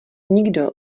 nikdo